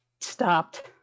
stopped